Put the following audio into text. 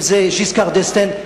אם זה ז'יסקאר ד'אסטן,